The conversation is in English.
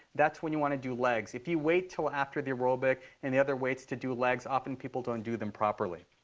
that's when you want to do legs. if you wait till after the aerobic and the other weights to do legs, often people don't do them properly.